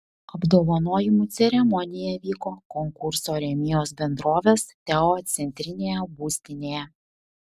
apdovanojimų ceremonija vyko konkurso rėmėjos bendrovės teo centrinėje būstinėje